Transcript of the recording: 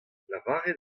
lavaret